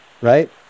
right